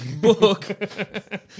book